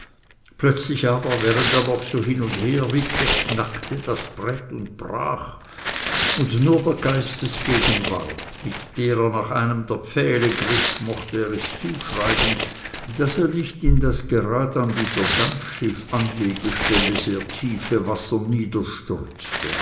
plötzlich aber während er noch so hin und her wippte knackte das brett und brach und nur der geistesgegenwart mit der er nach einem der pfähle griff mocht er es zuschreiben daß er nicht in das gerad an dieser dampfschiffanlegestelle sehr tiefe wasser niederstürzte